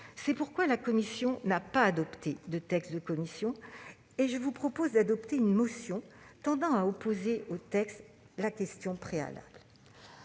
C'est pourquoi la commission des lois n'a pas adopté de texte et vous propose d'adopter une motion tendant à opposer au texte la question préalable.